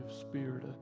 spirit